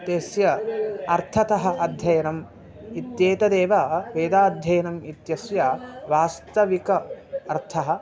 तस्य अर्थतः अध्ययनम् इत्येतदेव वेदाध्ययनम् इत्यस्य वास्तविक अर्थः